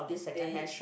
they